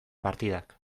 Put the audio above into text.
partidak